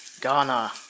Ghana